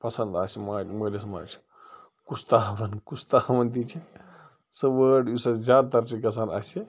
پَسَنٛد آسہِ ماجہِ مٲلِس ماجہِ کُس تاون کُس تاون تہِ چھُ سُہ وٲرڈ یُس اسہِ زیادٕ تَر چھُ گژھان اَسہِ